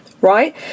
Right